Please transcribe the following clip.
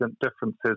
differences